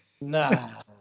Nah